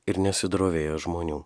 ir nesidrovėjo žmonių